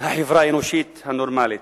החברה האנושית הנורמלית.